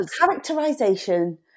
characterization